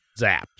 zapped